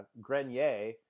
Grenier